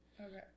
Okay